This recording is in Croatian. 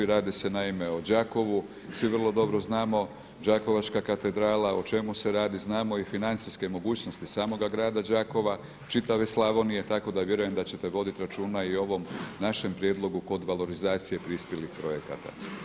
Radi se naime o Đakovu, svi vrlo dobro znamo Đakovačka katedrala o čemu se radi, znamo i financijske mogućnosti samoga grada Đakova, čitave Slavonije tako da vjerujem da ćete voditi računa i o ovom našem prijedlogu kod valorizacije prispjelih projekata.